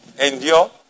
Endure